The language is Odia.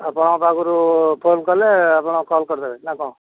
ଆପଣଙ୍କ ପାଖରୁ ଫୋନ୍ କଲେ ଆପଣ କଲ୍ କରିଦେବେ ନା କ'ଣ